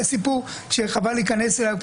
סיפור שחבל להיכנס אליו,